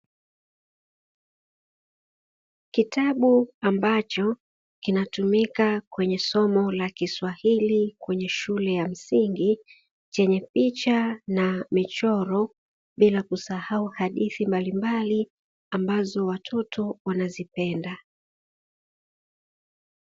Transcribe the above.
Kitabu ambacho kinatumika kwenye somo la kiswahili kwenye shule ya msingi chenye picha na michoro, bila kusahau hadithi mbalimbali ambazo watoto wanazipenda.